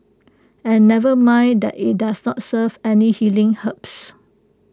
and never mind that IT does not serve any healing herbs